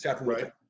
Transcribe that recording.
Right